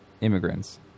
immigrants